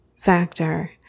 factor